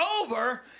over